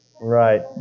Right